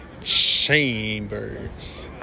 Chambers